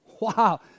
Wow